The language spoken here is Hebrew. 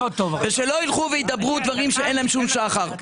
ושלא ילכו וידברו דברים שאין להם שום שחר.